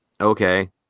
okay